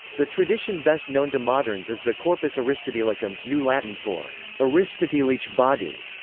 the tradition best known to moderns is the corpus aristotelicum, new latin for aristotelic body,